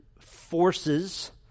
forces